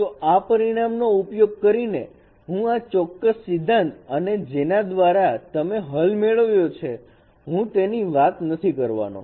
તો આ પરિણામ નો ઉપયોગ કરીને હું આ ચોક્કસ સિદ્ધાંત અને જેના દ્વારા તમે હલ મેળવ્યો છે હું તેની વાત નથી કરવાનો